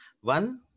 One